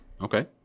Okay